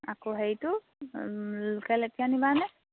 আকৌ হেৰিটো লোকল এতিয়া নিবানে